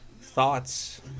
thoughts